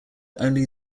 only